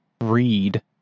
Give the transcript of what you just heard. read